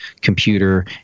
computer